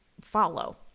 follow